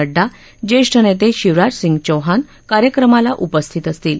नङ्डा ज्येष्ठ नेते शिवराजसिंह चौहान कार्यक्रमाला उपस्थित असतील